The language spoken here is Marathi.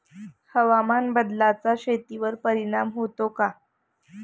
हवामान बदलाचा शेतीवर परिणाम होतो का?